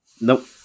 Nope